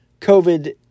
COVID